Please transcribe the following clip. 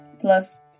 Plus